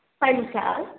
पञ्च